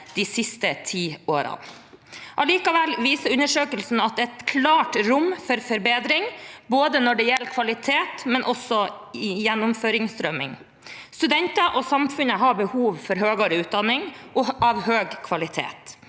de siste ti årene. Allikevel viser undersøkelsen at det er et klart rom for forbedring, når det gjelder både kvalitet og gjennomstrømming. Studentene og samfunnet har behov for høyere utdanning av høy kvalitet.